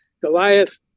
Goliath